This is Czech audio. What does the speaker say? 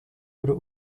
kdo